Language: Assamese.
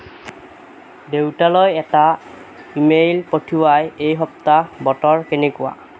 দেউতালৈ এটা ইমেইল পঠোওৱা এই সপ্তাহ বতৰ কেনেকুৱা